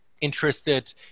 interested